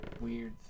weird